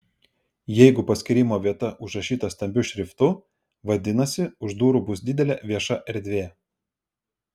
jeigu paskyrimo vieta užrašyta stambiu šriftu vadinasi už durų bus didelė vieša erdvė